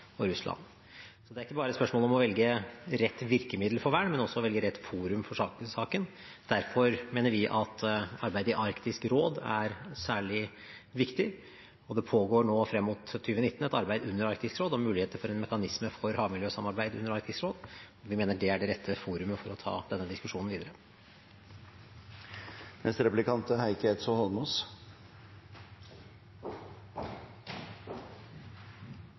og Russland. Så det er ikke bare et spørsmål om å velge rett virkemiddel for vern, men også velge rett forum i saken. Derfor mener vi at arbeidet i Arktisk råd er særlig viktig, og det pågår nå frem mot 2019 et arbeid under Arktisk råd og muligheter for en mekanisme for havmiljøsamarbeid under Arktisk råd, og vi mener det er det rette forumet for å ta denne diskusjonen videre. Takk for tilbakemelding på spørsmålet om hvordan han tenker at det er